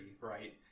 right